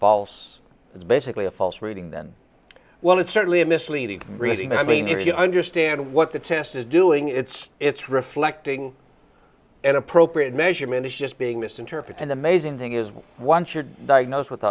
false it's basically a false reading then well it's certainly a misleading reading i mean if you understand what the test is doing it's it's reflecting an appropriate measurement it's just being misinterpreted amazing thing is no one should diagnose with